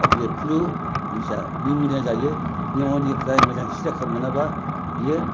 flu जिनिसा pneumonia जायो निम'नियानिफ्राय मोजां सिखिदसा खामनो मोनाब्ला बियो